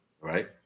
right